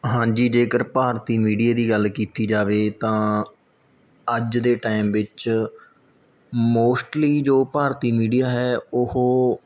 ਹਾਂਜੀ ਜੇਕਰ ਭਾਰਤੀ ਮੀਡੀਆ ਦੀ ਗੱਲ ਕੀਤੀ ਜਾਵੇ ਤਾਂ ਅੱਜ ਦੇ ਟਾਈਮ ਵਿੱਚ ਮੋਸਟਲੀ ਜੋ ਭਾਰਤੀ ਮੀਡੀਆ ਹੈ ਉਹ